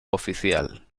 oficial